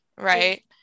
right